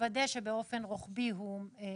לוודא שבאופן רוחבי הוא מתקן.